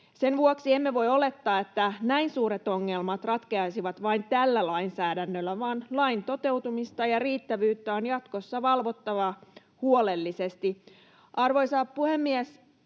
Sen vuoksi emme voi olettaa, että näin suuret ongelmat ratkeaisivat vain tällä lainsäädännöllä, vaan lain toteutumista ja riittävyyttä on jatkossa valvottava huolellisesti. Arvoisa puhemies!